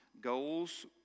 goals